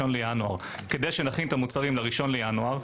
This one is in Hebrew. בינואר כדי שנכין את המוצרים ל-1 בינואר,